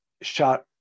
shot